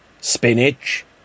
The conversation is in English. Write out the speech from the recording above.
spinach